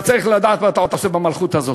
אתה צריך לדעת מה אתה עושה במלכות הזאת.